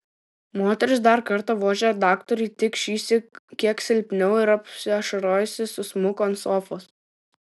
moteris dar kartą vožė daktarui tik šįsyk kiek silpniau ir apsiašarojusi susmuko ant sofos